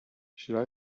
should